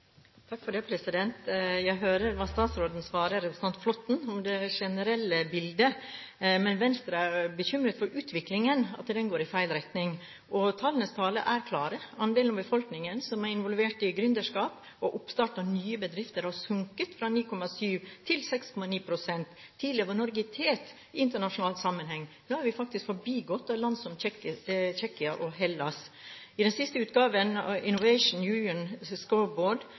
om det generelle bildet. Men Venstre er bekymret for at utviklingen går i feil retning. Tallenes tale er klar: Andelen av befolkningen som er involvert i gründerskap og oppstart av nye bedrifter, har sunket, fra 9,7 til 6,9 pst. Tidligere var Norge i tet i internasjonal sammenheng – nå er vi faktisk forbigått av land som Tsjekkia og Hellas. I den siste utgaven av Innovation Union Scoreboard, som ble offentliggjort 7. februar i år, ligger Norge på en